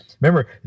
Remember